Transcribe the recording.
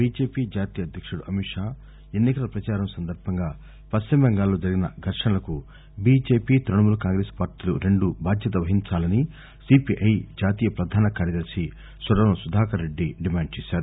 BJP జాతీయ అధ్యక్షుడు అమిత్షా ఎన్నికల పచారం సందర్బంగా పశ్చిమబెంగాల్లో జరిగిన ఘర్వణలకు బీజేపీ త్బణముల్ కాంగ్రెస్ పార్లీలు రెండు బాధ్యత వహించాలని సీపీఐ జాతీయ పధాన కార్యదర్శి సురవరం సుధాకర్రెడ్డి డిమాండ్ చేశారు